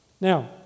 Now